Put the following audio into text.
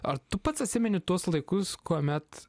ar tu pats atsimeni tuos laikus kuomet